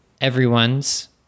everyone's